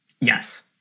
Yes